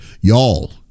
y'all